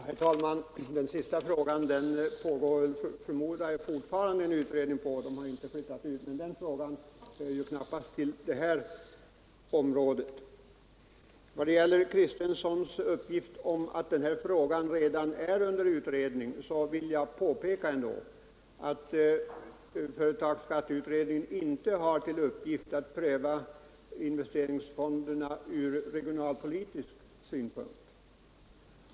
Herr talman! Den sista frågan förmodar jag fortfarande är under utredning, men den hör ju knappast till det här området. Vad gäller herr Kristensons uppgift om att en differentiering av beskattningen i regionalpolitiskt syfte redan är under utredning vill jag påpeka att företagsskatteutredningen inte har till uppgift att pröva investeringsfonderna från regionalpolitisk synpunkt.